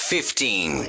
Fifteen